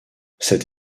cette